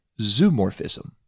zoomorphism